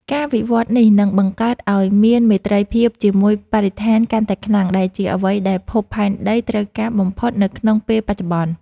ការវិវត្តនេះនឹងបង្កើតឱ្យមានមេត្រីភាពជាមួយបរិស្ថានកាន់តែខ្លាំង ដែលជាអ្វីដែលភពផែនដីត្រូវការបំផុតនៅក្នុងពេលបច្ចុប្បន្ន។